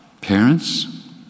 Parents